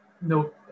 no